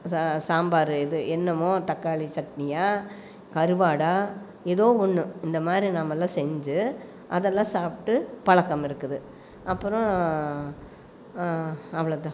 சாம்பார் இது என்னமோ தக்காளி சட்னியா கருவாடா ஏதோ ஒன்று இந்தமாதிரி நம்மள்லாம் செஞ்சி அதெல்லாம் சாப்பிட்டு பழக்கம் இருக்குது அப்புறம் அவ்வளோ தான்